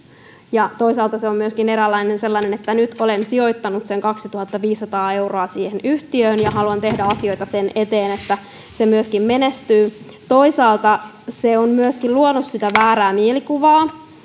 ja toisaalta se on myöskin eräällä lailla sellainen että nyt olen sijoittanut sen kaksituhattaviisisataa euroa siihen yhtiöön ja haluan tehdä asioita sen eteen että se myöskin menestyy toisaalta se on myöskin luonut sitä väärää mielikuvaa